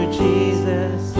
jesus